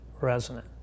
resonant